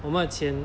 我们的钱